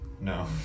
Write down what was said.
No